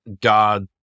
God